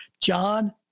John